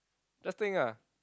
just think ah